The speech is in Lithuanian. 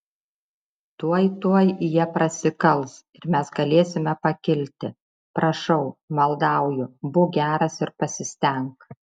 tuoj tuoj jie prasikals ir mes galėsime pakilti prašau maldauju būk geras ir pasistenk